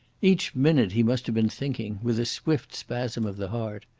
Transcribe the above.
each minute he must have been thinking, with a swift spasm of the heart,